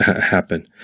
happen